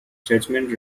judgment